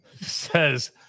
says